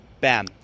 Bam